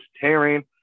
tearing